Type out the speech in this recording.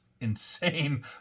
insane